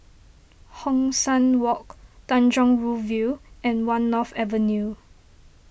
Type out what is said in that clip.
Hong San Walk Tanjong Rhu View and one North Avenue